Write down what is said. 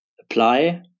apply